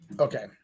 Okay